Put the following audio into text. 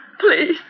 Please